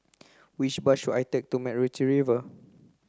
which bus should I take to MacRitchie Reservoir